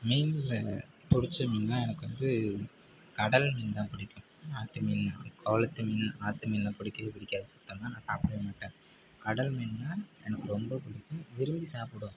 மீனில் பிடிச்ச மீன்னால் எனக்கு வந்து கடல் மீன் தான் பிடிக்கும் நாட்டு மீன் குளத்து மீன் ஆற்று மீனெல்லாம் பிடிக்கவே பிடிக்காது சுத்தமாக நான் சாப்பிட மாட்டேன் கடல் மீன்னால் எனக்கு ரொம்ப பிடிக்கும் விரும்பி சாப்பிடுவேன்